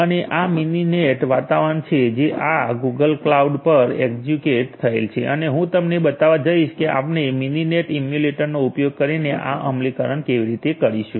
અને આ મિનિનેટ વાતાવરણ છે જે આ ગુગલ ક્લાઉડ ઉપર એક્ઝેક્યુટ થયેલ છે અને હું તમને બતાવવા જઈશ કે આપણે મિનિનેટ ઇમ્યુલેટરનો ઉપયોગ કરીને આ અમલીકરણ કેવી રીતે કરીશું